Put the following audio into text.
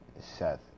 Seth